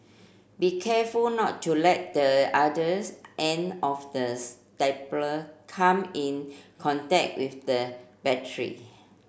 be careful not to let the others end of the staple come in contact with the battery